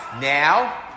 now